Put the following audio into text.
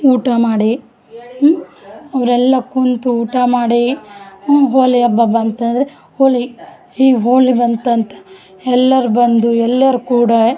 ಊಟ ಮಾಡಿ ಅವರೆಲ್ಲ ಕೂತು ಊಟ ಮಾಡಿ ಹೋಳಿ ಹಬ್ಬ ಬಂತಂದರೆ ಹೋಳಿ ಈ ಹೋಳಿ ಬಂತಂತೆ ಎಲ್ಲರು ಬಂದು ಎಲ್ಲರು ಕೂಡಿ